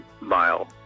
mile